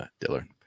Diller